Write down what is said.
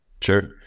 Sure